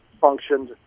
functioned